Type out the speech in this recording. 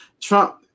Trump